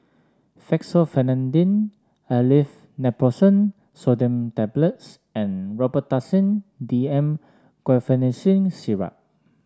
Fexofenadine Aleve Naproxen Sodium Tablets and Robitussin D M Guaiphenesin Syrup